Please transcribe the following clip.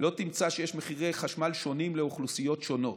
לא תמצא שיש מחירי חשמל שונים לאוכלוסיות שונות.